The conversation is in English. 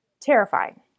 Terrifying